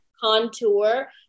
contour